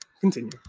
continue